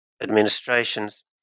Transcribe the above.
administrations